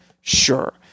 sure